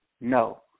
No